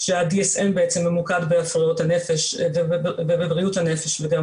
כשה-DSM ממוקד בהפרעות הנפש ובבריאות הנפש וגם